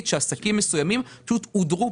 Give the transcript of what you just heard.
שעסקים מסוימים הודרו,